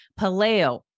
Paleo